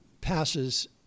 passes